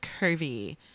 curvy